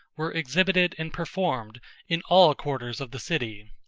were exhibited and performed in all quarters of the city.